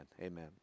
Amen